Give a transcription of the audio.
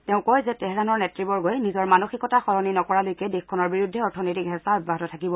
তেওঁ কয় যে টেহৰাণৰ নেত়বৰ্গই নিজৰ মানসিকতা সলনি নকৰালৈকে দেশখনৰ বিৰুদ্ধে অৰ্থনৈতিক হেঁচা অব্যাহত থাকিব